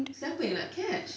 siapa yang nak catch